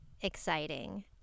exciting